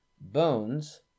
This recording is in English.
Bones